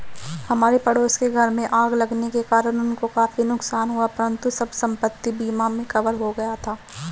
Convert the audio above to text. हमारे पड़ोस के घर में आग लगने के कारण उनको काफी नुकसान हुआ परंतु सब संपत्ति बीमा में कवर हो गया था